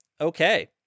Okay